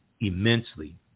immensely